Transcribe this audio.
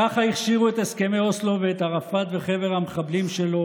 ככה הכשירו את הסכמי אוסלו ואת ערפאת וחבר המחבלים שלו,